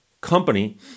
company